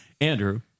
Andrew